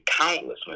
countless